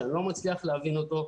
שאני לא מצליח להבין אותו,